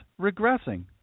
regressing